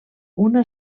una